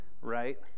right